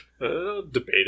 Debate